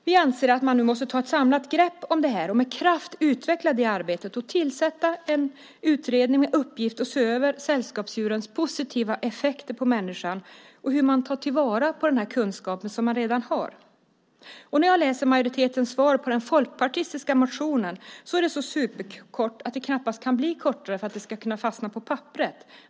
Vi anser att man nu måste ta ett samlat grepp om det här och med kraft utveckla det arbetet och tillsätta en utredning med uppgift att se över sällskapsdjurens positiva effekter på människan och hur man tar till vara den här kunskapen, som man redan har. Majoritetens svar på den folkpartistiska motionen är superkort. Det kan knappast bli kortare, om det ska kunna fastna på papperet.